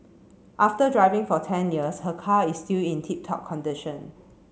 after driving for ten years her car is still in tip top condition